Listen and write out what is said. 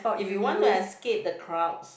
if you want to escape the crowds